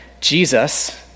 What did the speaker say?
Jesus